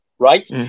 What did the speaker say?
Right